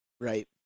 Right